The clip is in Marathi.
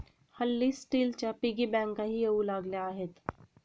हल्ली स्टीलच्या पिगी बँकाही येऊ लागल्या आहेत